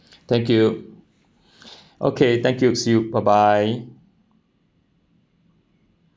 thank you okay thank you see you bye bye